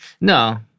no